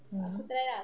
hmm